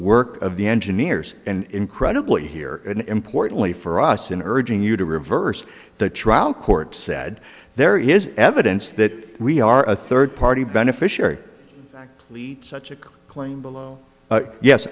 work of the engineers and incredibly here and importantly for us in urging you to reverse the trial court said there is evidence that we are a third party beneficiary pleat such a claim below